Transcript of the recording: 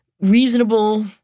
reasonable